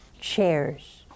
chairs